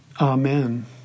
Amen